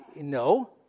No